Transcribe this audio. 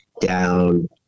down